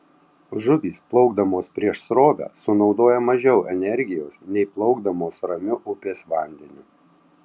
žuvys plaukdamos prieš srovę sunaudoja mažiau energijos nei plaukdamos ramiu upės vandeniu